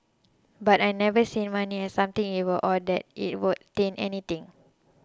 but I've never seen money as something evil or that it would taint anything